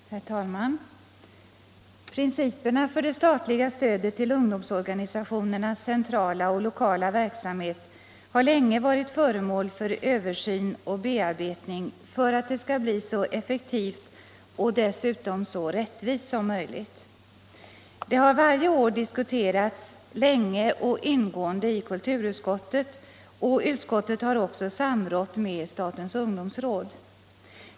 Herr talman! Principerna för det statliga stödet till ungdomsorganisationernas centrala och lokala verksamhet har länge varit föremål för översyn och bearbetning för att stödet skall bli så effektivt och dessutom så rättvist som möjligt. Dessa principer har varje år diskuterats länge och ingående i kulturutskottet, och utskottet har också samrått med statens ungdomsråd.